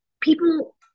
people